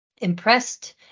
impressed